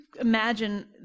Imagine